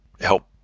help